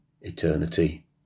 eternity